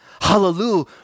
Hallelujah